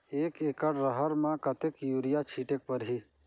एक एकड रहर म कतेक युरिया छीटेक परही?